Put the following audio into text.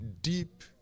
deep